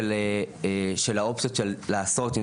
אופציות לעשות,